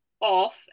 off